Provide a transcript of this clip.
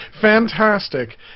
fantastic